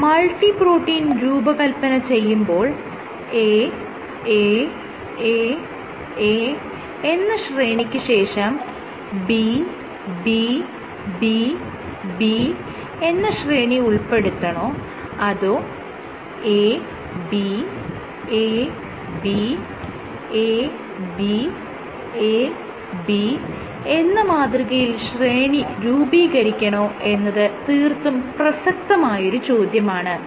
ഒരു multi protein രൂപകൽപന ചെയ്യുമ്പോൾ A A A A എന്ന ശ്രേണിക്ക് ശേഷം B B B B എന്ന ശ്രേണി ഉൾപ്പെടുത്തണോ അതോ A B A B A B A B എന്ന മാതൃകയിൽ ശ്രേണി രൂപീകരിക്കണോ എന്നത് തീർത്തും പ്രസക്തമായൊരു ചോദ്യമാണ്